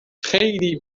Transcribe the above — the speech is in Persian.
خیلی